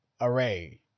Array